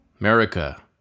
America